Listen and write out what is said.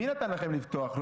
מי נתן לכם לפתוח?